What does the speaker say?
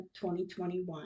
2021